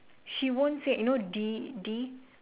she won't say you know D D